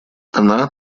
она